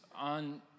on